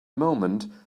moment